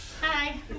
Hi